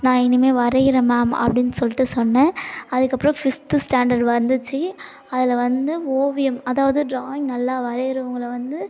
நான் இனிமே வரைகிறேன் மேம் அப்படின்னு சொல்லிட்டு சொன்னேன் அதுக்கப்புறம் ஃபிஃப்த்து ஸ்டாண்டர்ட் வந்துச்சு அதில் வந்து ஓவியம் அதாவது ட்ராயிங் நல்லா வரையிறவங்களை வந்து